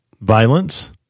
violence